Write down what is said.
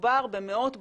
מדובר במאות בודדות,